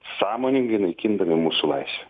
sąmoningai naikindami mūsų laisvę